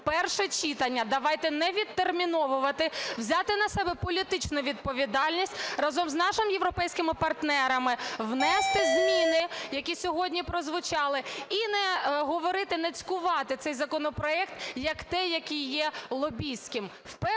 перше читання, давайте не відтерміновувати, взяти на себе політичну відповідальність, разом з нашими європейськими партнерами, внести зміни, які сьогодні прозвучали, і не говорити, не цькувати цей законопроект як той, який є лобістським.